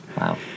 Wow